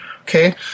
Okay